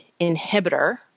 inhibitor